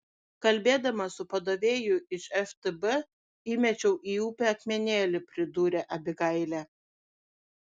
kalbėdama su padavėju iš ftb įmečiau į upę akmenėlį pridūrė abigailė